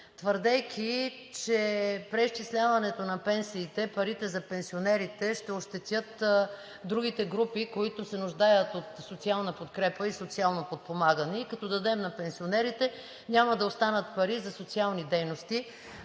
твърдейки, че преизчисляването на пенсиите, парите за пенсионерите ще ощетят другите групи, които се нуждаят от социална подкрепа и социално подпомагане, и като дадем на пенсионерите, няма да останат пари за социални дейности.